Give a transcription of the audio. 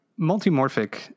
Multimorphic